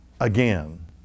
again